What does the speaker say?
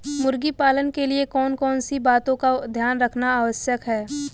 मुर्गी पालन के लिए कौन कौन सी बातों का ध्यान रखना आवश्यक है?